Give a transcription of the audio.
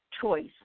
choice